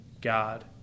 God